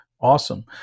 Awesome